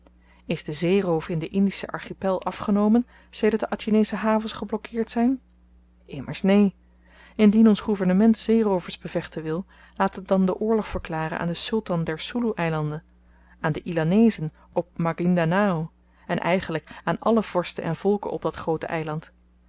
is de zeeroof in den indischen archipel afgenomen sedert de atjinsche havens geblokkeerd zyn immers neen indien ons gouvernement zeeroovers bevechten wil laat het dan den oorlog verklaren aan den sultan der soeloe eilanden aan de illanezen op magindanao en eigenlyk aan àlle vorsten en volken opdat groote